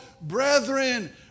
Brethren